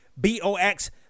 B-O-X